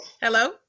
Hello